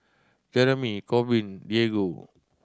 Jereme Corbin Diego